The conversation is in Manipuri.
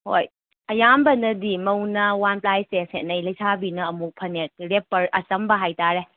ꯍꯣꯏ ꯑꯌꯥꯝꯕꯅꯗꯤ ꯃꯧꯅ ꯋꯥꯟ ꯄ꯭ꯂꯥꯏꯁꯦ ꯁꯦꯠꯅꯩ ꯂꯩꯁꯥꯕꯤꯅ ꯑꯃꯨꯛ ꯐꯅꯦꯛ ꯔꯦꯄꯔ ꯑꯆꯝꯕ ꯍꯥꯏꯇꯥꯔꯦ